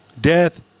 Death